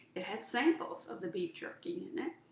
it had samples of the beef jerky in it.